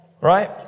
Right